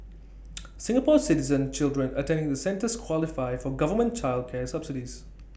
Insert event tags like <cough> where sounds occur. <noise> Singapore Citizen children attending the centres qualify for government child care subsidies